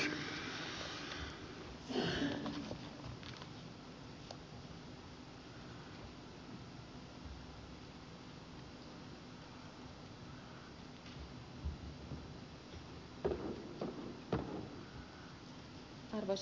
arvoisa puhemies